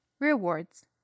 rewards